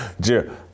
Jim